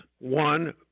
one